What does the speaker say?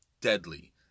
deadly